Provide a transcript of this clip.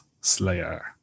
Slayer